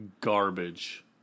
garbage